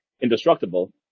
indestructible